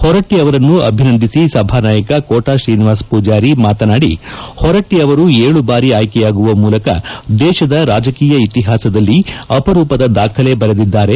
ಹೊರಟ್ಟಿ ಅವರನ್ನು ಅಭಿನಂದಿಸಿ ಸಭಾ ನಾಯಕ ಕೋಟಾ ತ್ರೀನಿವಾಸ ಪೂಜಾರಿ ಮಾತನಾಡಿ ಹೊರಟ್ಟಿ ಅವರು ಏಳು ಬಾರಿ ಆಯ್ಕೆಯಾಗುವ ಮೂಲಕ ದೇಶದ ರಾಜಕೀಯ ಇತಿಹಾಸದಲ್ಲಿ ಅಪರೂಪದ ದಾಖಲೆ ಬರೆದಿದ್ದಾರೆ